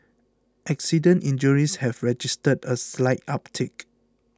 accident injuries have registered a slight uptick